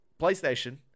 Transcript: PlayStation